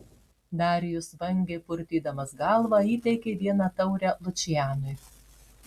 darijus vangiai purtydamas galvą įteikė vieną taurę lučianui